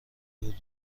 بود